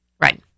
right